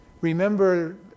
remember